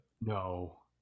no